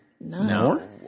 No